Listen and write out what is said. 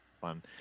fun